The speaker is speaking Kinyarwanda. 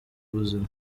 buzima